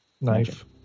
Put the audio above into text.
knife